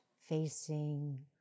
facing